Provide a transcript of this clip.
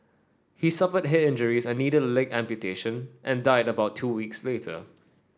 he suffered head injuries and needed a leg amputation and died about two weeks later